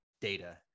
data